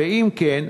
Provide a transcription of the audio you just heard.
2. ואם כן,